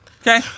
Okay